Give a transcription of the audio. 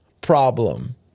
problem